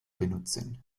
benutzen